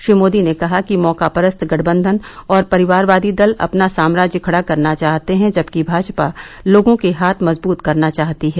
श्री मोदी ने कहा कि मौकापरस्त गठबंधन और परिवारवादी दल अपना साम्राज्य खड़ा करना चाहते हैं जबकि भाजपा लोगों के हाथ मजबूत करना चाहती है